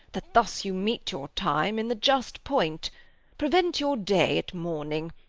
that thus you meet your time in the just point prevent your day at morning.